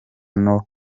naho